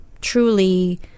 truly